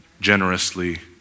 generously